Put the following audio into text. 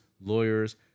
lawyers